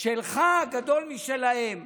"שלך גדול משלהם,